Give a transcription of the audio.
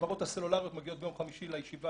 החברות הסלולריות מגיעות ביום חמישי לישיבה